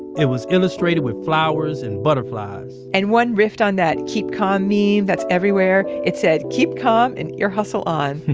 it was illustrated with flowers and butterflies and one rift on that keep calm meme, that's everywhere. it said, keep calm and ear hustle on.